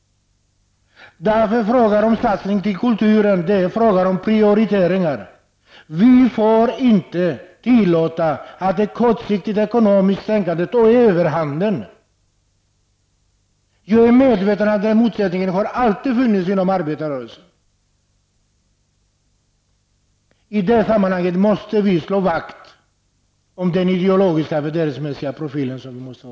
Därför är satsningar på kulturen en fråga om prioriteringar. Vi får inte tillåta att ett kortsiktigt ekonomiskt tänkande tar överhanden. Jag är medveten om att den motsättningen alltid har funnits inom arbetarrörelsen. I detta sammanhang måste vi slå vakt om den ideologiska och värderingsmässiga profil som vi måste ha.